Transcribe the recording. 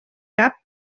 cap